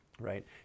right